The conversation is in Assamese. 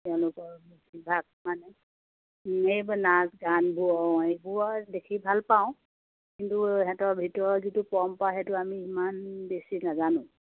তেওঁলোকৰ বেছিভাগ মানে এইবোৰেই নাচ গানবোৰ এইবোৰ দেখি ভাল পাওঁ কিন্তু সিহঁতৰ ভিতৰৰ যিটো পৰম্পৰা সেইটো আমি ইমান বেছি নাজানো